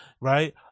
right